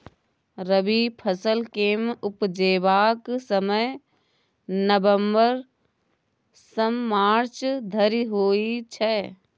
रबी फसल केँ उपजेबाक समय नबंबर सँ मार्च धरि होइ छै